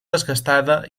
desgastada